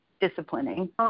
disciplining